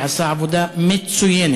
שעשה עבודה מצוינת